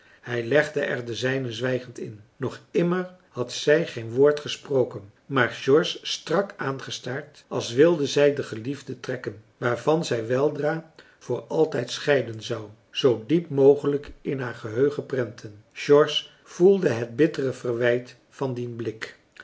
hij legde er de zijne zwijgend in nog immer had zij geen woord gesproken maar george strak aangestaard als wilde zij de geliefde trekken waarvan zij weldra voor altijd scheiden zou zoo diep mogelijk in haar geheugen prenten george voelde het bittere verwijt van dien blik